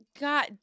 God